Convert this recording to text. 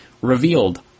revealed